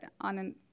on